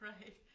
Right